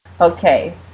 Okay